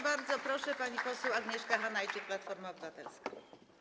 Bardzo proszę, pani poseł Agnieszka Hanajczyk, Platforma Obywatelska.